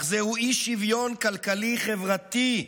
אך זהו אי-שוויון כלכלי-חברתי.